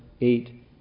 eight